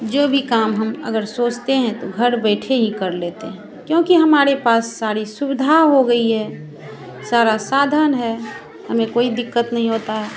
जो भी काम हम अगर सोचते हैं तो घर बैठे ही कर लेते हैं क्योंकि हमारे पास सारी सुविधा हो गई है सारा साधन है हमें कोई दिक्कत नहीं होती है